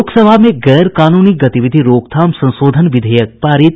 लोकसभा में गैरकानूनी गतिविधि रोकथाम संशोधन विधेयक पारित